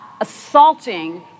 assaulting